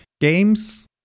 games